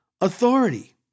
authority